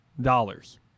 dollars